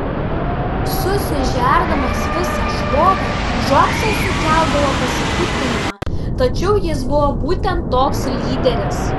susižerdamas visą šlovę džobsas sukeldavo pasipiktinimą tačiau jis buvo būtent toks lyderis